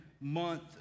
month